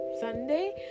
Sunday